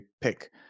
pick